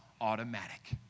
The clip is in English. Automatic